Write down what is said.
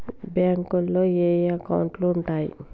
బ్యాంకులో ఏయే అకౌంట్లు ఉంటయ్?